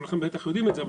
וכולכם בטח יודעים את זה,